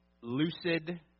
lucid